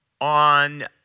On